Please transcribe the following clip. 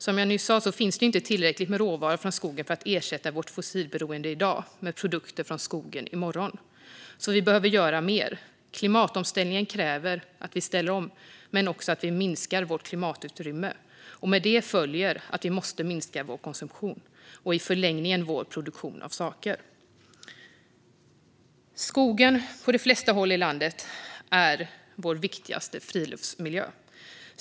Som jag nyss sa finns inte tillräckligt med råvara från skogen för att ersätta vårt fossilberoende i dag med produkter från skogen i morgon. Vi behöver alltså göra mer. En klimatomställning krävs men också att vi minskar vårt klimatutrymme. Med det följer att vi måste minska vår konsumtion och i förlängningen vår produktion av saker. På de flesta håll i landet är skogen vår viktigaste friluftsmiljö.